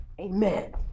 Amen